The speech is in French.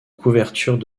couvertures